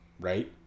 Right